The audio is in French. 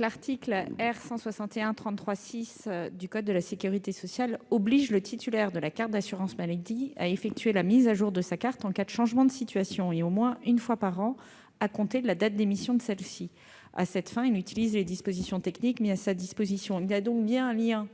L'article R. 161-33-6 du code de la sécurité sociale oblige le titulaire de la carte d'assurance maladie à effectuer la mise à jour de sa carte en cas de changement de situation et au moins une fois par an à compter de la date d'émission de celle-ci. À cette fin, il utilise les dispositifs techniques mis à sa disposition. Il existe donc bien un lien